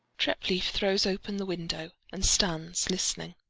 treplieff throws open the window and stands listening.